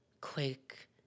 quick